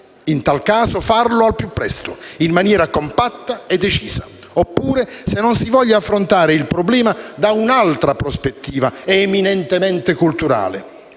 in tal caso farlo al più presto, in maniera compatta e decisa; oppure se non si voglia affrontare il problema da un'altra prospettiva, eminentemente culturale.